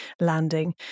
landing